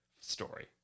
story